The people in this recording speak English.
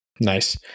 Nice